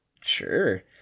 Sure